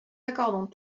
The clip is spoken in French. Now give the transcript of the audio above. accordons